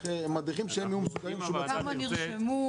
מדריכים שהם יהיו משובצים' --- כמה נרשמו,